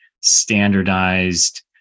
standardized